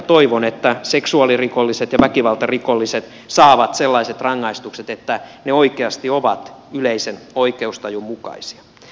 toivon että seksuaalirikolliset ja väkivaltarikolliset saavat sellaiset rangaistukset että ne oikeasti ovat yleisen oikeustajun mukaisia